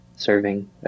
serving